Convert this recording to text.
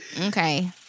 Okay